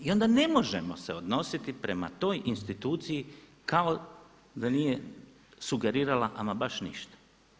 I onda ne možemo se odnositi prema toj instituciji kao da nije sugerirala ama baš ništa.